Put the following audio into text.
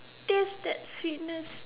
taste the sweetness